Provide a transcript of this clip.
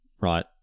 right